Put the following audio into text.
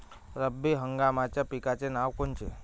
रब्बी हंगामाच्या पिकाचे नावं कोनचे?